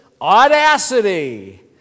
audacity